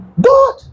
God